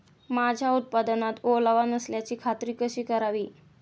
माझ्या उत्पादनात ओलावा नसल्याची खात्री कशी करावी?